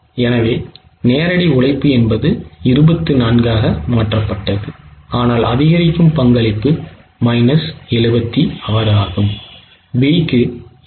எனவே நேரடி உழைப்பு என்பது 24 ஆக மாற்றப்பட்டது ஆனால் அதிகரிக்கும் பங்களிப்பு மைனஸ் 76 ஆகும் B க்கு 75